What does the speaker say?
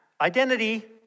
identity